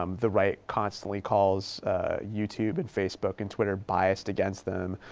um the right constantly calls youtube and facebook and twitter biased against them.